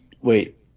Wait